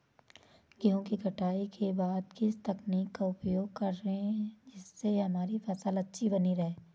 गेहूँ की कटाई के बाद किस तकनीक का उपयोग करें जिससे हमारी फसल अच्छी बनी रहे?